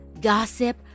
gossip